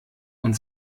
und